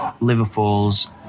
Liverpool's